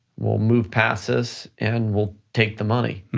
we'll move past this and we'll take the money.